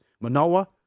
Manoa